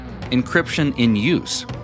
Encryption-in-use